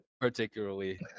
particularly